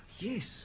Yes